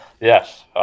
Yes